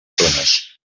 zones